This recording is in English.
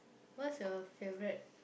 what's your favourite